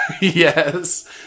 Yes